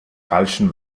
falschen